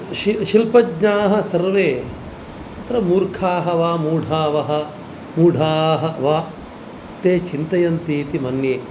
शिल्पज्ञाः सर्वे तत्र मूर्खाः वा मूढाः वा ते चिन्तयन्ति इति मन्ये